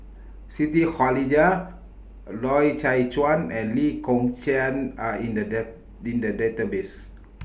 Siti Khalijah Loy Chye Chuan and Lee Kong Chian Are in The in The Database